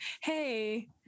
hey